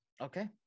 Okay